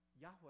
Yahweh